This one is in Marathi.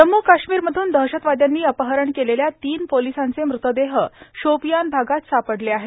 जम्म्र काश्मीरमधून दहशतवाद्यांनी अपहरण केलेल्या तीन पोलिसांचे मृतदेह शोपिया भागात सापडले आहेत